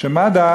מד"א